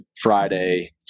Friday